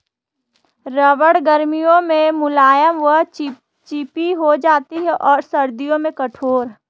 रबड़ गर्मियों में मुलायम व चिपचिपी हो जाती है और सर्दियों में कठोर